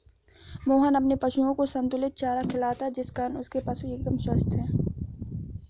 मोहन अपने पशुओं को संतुलित चारा खिलाता है जिस कारण उसके पशु एकदम स्वस्थ हैं